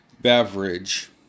beverage